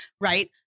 Right